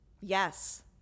Yes